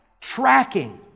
tracking